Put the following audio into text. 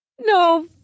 No